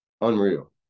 Unreal